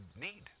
need